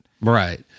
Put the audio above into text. Right